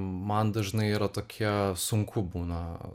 man dažnai yra tokie sunku būna